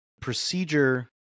procedure